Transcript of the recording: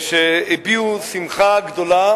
שהביעו שמחה גדולה